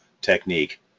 technique